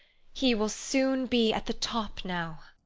he will soon be at the top now.